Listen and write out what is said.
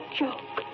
joke